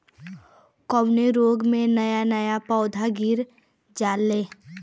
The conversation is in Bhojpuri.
कवने रोग में नया नया पौधा गिर जयेला?